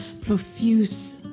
profuse